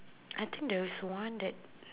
I think there's one that